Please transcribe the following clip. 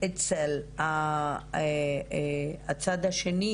אצל הצד השני,